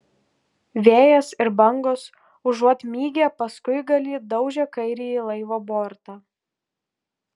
vėjas ir bangos užuot mygę paskuigalį daužė kairįjį laivo bortą